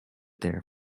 there